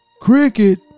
Cricket